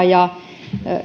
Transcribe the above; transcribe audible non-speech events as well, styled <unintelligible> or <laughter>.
<unintelligible> ja